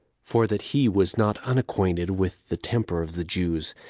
for that he was not unacquainted with the temper of the jews,